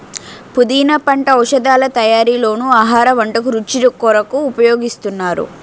పుదీనా పంట ఔషధాల తయారీలోనూ ఆహార వంటల రుచి కొరకు ఉపయోగిస్తున్నారు